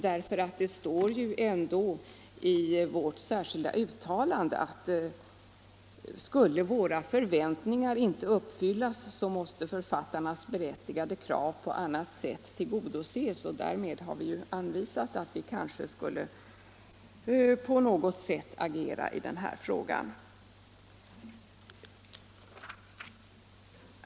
Det står ändå i vårt särskilda yttrande: ”Skulle dessa våra förväntningar inte uppfyllas, måste författarnas berättigade krav på annat sätt tillgodoses.” —- Därmed har vi aviserat att vi kanske skulle på något sätt agera i den här frågan.